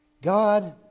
God